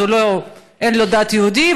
אז אין לו דת יהודית,